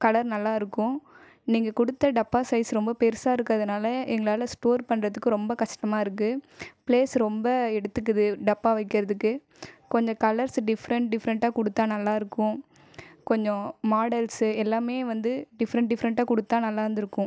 colour நல்லா இருக்கும் நீங்கள் கொடுத்த டப்பா சைஸ் ரொம்ப பெருசாக இருக்கிறதுனால எங்களால் ஸ்டோர் பண்றதுக்கு ரொம்ப கஷ்டமாக இருக்கு பிளேஸ் ரொம்ப எடுத்துக்குது டப்பா வைக்குறதுக்கு கொஞ்ச கலர்ஸ் டிஃப்ஃபரன்ட் டிஃப்ஃபரன்ட்டாக கொடுத்தா நல்லா இருக்கும் கொஞ்சம் மாடல்ஸு எல்லாமே வந்து டிஃப்ஃபரன்ட் டிஃப்ஃபரன்ட்டா கொடுத்தா நல்லாருந்துருக்கும்